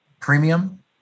premium